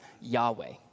Yahweh